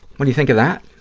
what do you think of that?